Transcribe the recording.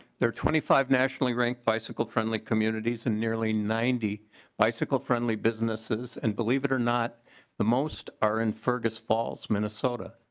there are twenty five nationally ranked bicycle friendly communities and nearly ninety bicycle friendly businesses and believe it or not most are in fergus falls minnesota.